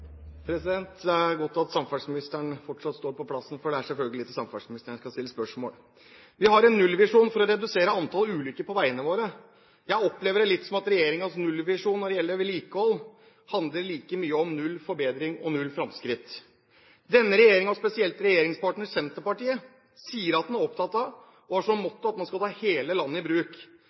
er selvfølgelig til samferdselsministeren jeg skal stille spørsmål. Vi har en nullvisjon for å redusere antallet ulykker på veiene våre. Jeg opplever det litt som at regjeringens nullvisjon når det gjelder vedlikehold, like mye handler om null forbedring og null fremskritt. Denne regjeringen – og spesielt regjeringspartner Senterpartiet – sier at den er opptatt av og har som motto at man skal ta hele landet i bruk.